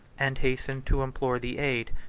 and hastened to implore the aid,